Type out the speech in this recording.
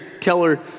Keller